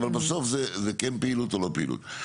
אבל בסוף זו כן פעילות או לא פעילות.